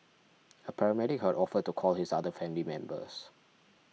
a paramedic had offered to call his other family members